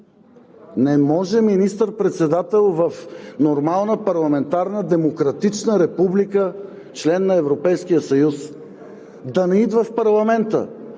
Не може министър-председател в нормална парламентарна, демократична република – член на Европейския съюз, да не идва в парламента!